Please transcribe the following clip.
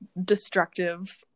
destructive